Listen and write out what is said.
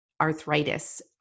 arthritis